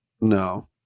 No